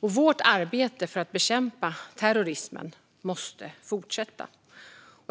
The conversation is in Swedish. Vårt arbete för att bekämpa terrorismen måste fortsätta.